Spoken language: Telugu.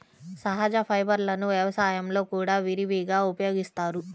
సహజ ఫైబర్లను వ్యవసాయంలో కూడా విరివిగా ఉపయోగిస్తారు